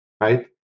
right